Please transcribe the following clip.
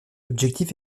objectif